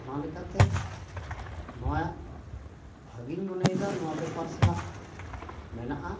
ᱚᱱᱟ ᱞᱮᱠᱟᱛᱮ ᱱᱚᱣᱟ ᱵᱷᱟᱜᱤᱧ ᱢᱚᱱᱮᱭᱮᱫᱟ ᱱᱚᱣᱟ ᱵᱮᱯᱟᱨ ᱥᱟᱞᱟᱜ ᱢᱮᱱᱟᱜᱼᱟ